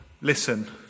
listen